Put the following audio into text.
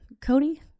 Cody